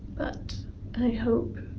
but i hope